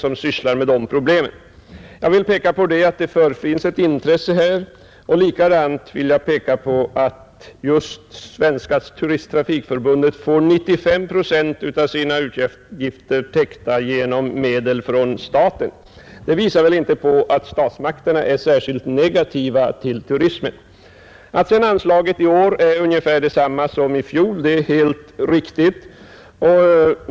Jag vill framhålla att det här förefinns ett intresse och att just Svenska turisttrafikförbundet får 95 procent av sina utgifter täckta genom medel 121 från staten. Det visar väl att statsmakterna inte är särskilt negativa till turismen. Att sedan anslaget i år är ungefär detsamma som i fjol är helt riktigt.